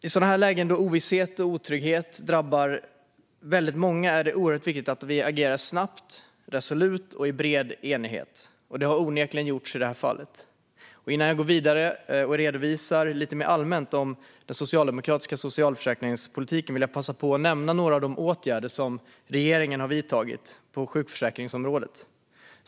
I sådana här lägen, då ovisshet och otrygghet drabbar väldigt många, är det oerhört viktigt att vi agerar snabbt, resolut och i bred enighet. Det har onekligen gjorts i det här fallet. Innan jag går vidare med att redovisa den socialdemokratiska socialförsäkringspolitiken lite mer allmänt vill jag passa på att nämna några av de åtgärder som regeringen har vidtagit på sjukförsäkringsområdet.